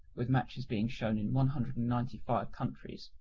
with matches being shown in one hundred and ninety five countries,